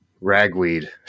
ragweed